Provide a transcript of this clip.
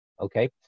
okay